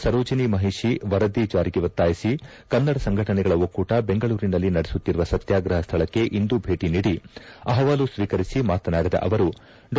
ಸರೋಜಿನಿ ಮಹಿಷಿ ವರದಿ ಜಾರಿಗೆ ಒತ್ತಾಯಿಸಿ ಕನ್ನಡ ಸಂಘಟನಗಳ ಒಕ್ಕೂಟ ಬೆಂಗಳೂರಿನಲ್ಲಿ ನಡೆಸುತ್ತಿರುವ ಸತ್ಯಾಗ್ರಹದ ಶೈಳಕ್ಕೆ ಇಂದು ಭೇಟಿ ನೀಡಿ ಅಪವಾಲು ಸ್ವೀಕರಿಸಿ ಮಾತನಾಡಿದ ಅವರುಡಾ